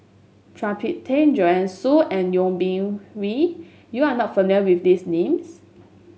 Phua Thin Kiay Joanne Soo and Yeo Bin Hwee you are not familiar with these names